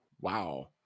Wow